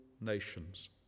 nations